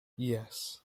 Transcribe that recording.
yes